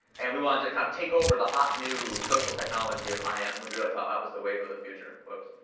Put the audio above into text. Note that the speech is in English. and we wanted to kind of take over the hot, new social technology of im. and we really thought that was the wave of the future. whoops.